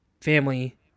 family